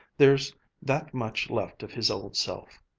there's that much left of his old self.